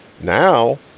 Now